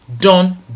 done